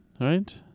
right